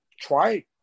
try